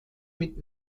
mit